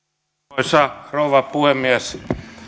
arvoisa rouva puhemies